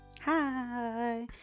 Hi